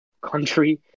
country